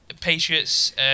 Patriots